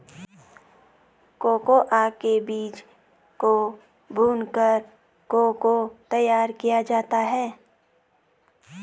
cocoa के बीज को भूनकर को को तैयार किया जाता है